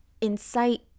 incite